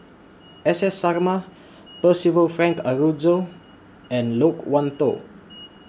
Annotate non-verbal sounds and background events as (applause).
(noise) Sarma Percival Frank Aroozoo and Loke Wan Tho